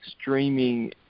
streaming